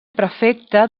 prefecte